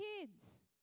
kids